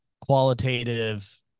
qualitative